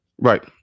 right